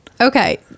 Okay